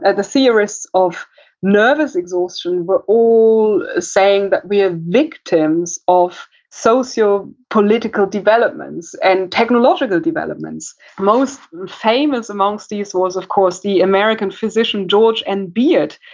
and the theorist of nervous exhaustion were all saying that we are victims of socio political developments, and technological developments. most famous amongst these was of course the american physician george n. and beard,